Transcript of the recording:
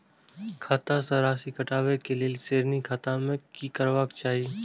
खाता स राशि कटवा कै लेल ऋण खाता में की करवा चाही?